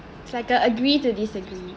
it's like uh agree to disagree